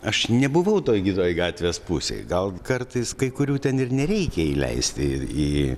aš nebuvau toj kitoj gatvės pusėj gal kartais kai kurių ten ir nereikia įleist ir į